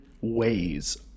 ways